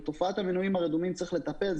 בתופעת המנויים הרדומים צריך לטפל.